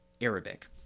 Arabic